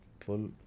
Full